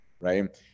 right